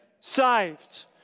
saved